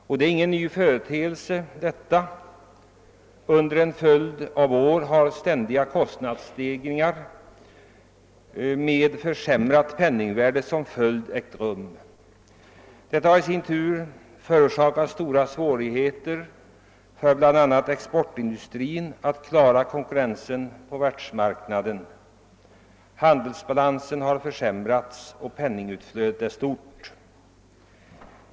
Detta är ingen ny företeelse — under en följd av år har ständiga kostnadsstegringar ägt rum med försämrat penningvärde som följd. Detta har i sin tur förorsakat stora svårigheter för bl.a. exportindustrin att klara konkurrensen på världsmarknaden. Handelsbalansen har försämrats och penningutflödet är stort.